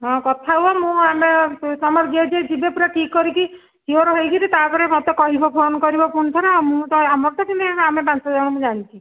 ହଁ କଥା ହୁଅ ମୁଁ ଆମେ ତୁମର ଯିଏ ଯିଏ ଯିବେ ପୁରା ଠିକ କରିକି ସିୟୋର ହେଇକି ତାପରେ ମୋତେ କହିବ ଫୋନ୍ କରିବ ପୁଣିଥରେ ଆଉ ମୁଁ ତ ଆମର ତ ପାଞ୍ଚଜଣ ମୁଁ ଜାଣିଛି